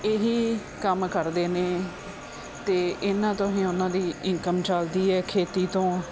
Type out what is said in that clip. ਇਹੀ ਕੰਮ ਕਰਦੇ ਹਨ ਅਤੇ ਇਨ੍ਹਾਂ ਤੋਂ ਹੀ ਉਨ੍ਹਾਂ ਦੀ ਇਨਕਮ ਚਲਦੀ ਹੈ ਖੇਤੀ ਤੋਂ